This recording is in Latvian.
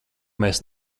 mēs